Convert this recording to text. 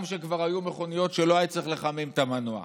גם כשכבר היו מכוניות שלא היה צריך לחמם את המנוע.